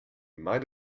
might